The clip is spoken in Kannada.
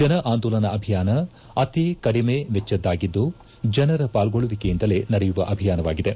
ಜನ ಆಂದೋಲನ ಅಭಿಯಾನ ಅತಿ ಕಡಿಮ ವೆಚ್ಚದ್ದಾಗಿದ್ದು ಜನರ ಪಾಲ್ಗೊಳ್ಳುವಿಕೆಯಿಂದಲೇ ನಡೆಯುವ ಅಭಿಯಾನವಾಗಿದೆ